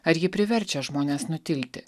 ar ji priverčia žmones nutilti